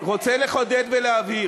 אני רוצה לחדד ולהבהיר.